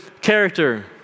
character